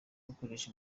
gukoresha